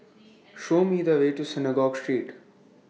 Show Me The Way to Synagogue Street